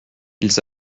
ils